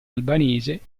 albanese